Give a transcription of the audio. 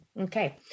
Okay